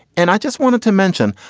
and i just wanted to mention,